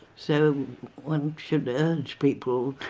so one should urge people